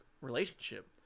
relationship